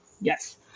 yes